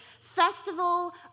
festival